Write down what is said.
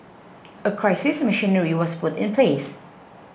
a crisis machinery was put in place